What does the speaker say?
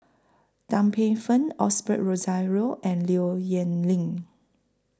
Tan Paey Fern Osbert Rozario and Low Yen Ling